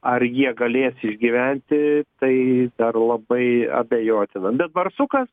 ar jie galės išgyventi tai dar labai abejotina bet barsukas